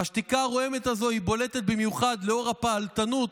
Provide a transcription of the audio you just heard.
והשתיקה הרועמת הזו בולטת במיוחד לאור הפעלתנות